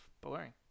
Boring